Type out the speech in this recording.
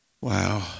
Wow